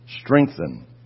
strengthen